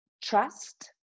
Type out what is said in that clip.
Trust